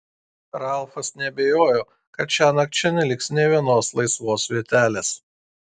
ralfas neabejojo kad šiąnakt čia neliks nė vienos laisvos vietelės